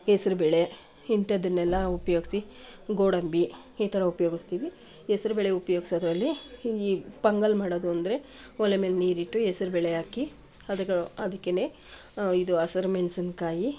ಹೆಸ್ರು ಬೇಳೆ ಇಂಥದ್ದನ್ನೆಲ್ಲ ಉಪಯೋಗ್ಸಿ ಗೋಡಂಬಿ ಈ ಥರ ಉಪಯೋಗಿಸ್ತೀವಿ ಹೆಸ್ರು ಬೇಳೆ ಉಪಯೋಗ್ಸೋದ್ರಲ್ಲಿ ಈ ಪೊಂಗಲ್ ಮಾಡೋದು ಅಂದರೆ ಒಲೆ ಮೇಲೆ ನೀರಿಟ್ಟು ಹೆಸ್ರು ಬೇಳೆ ಹಾಕಿ ಅದಾಗಿ ಅದಕ್ಕೇನೆ ಇದು ಹಸಿರು ಮೆಣಸಿನ್ಕಾಯಿ